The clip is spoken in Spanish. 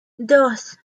dos